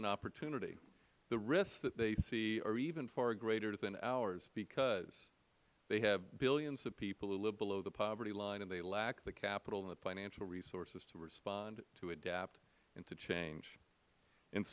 and opportunity the risks that they see are even far greater than ours because they have billions of people who live below the poverty line and they lack the capital and the financial resources to respond to adapt and to change and